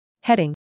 Heading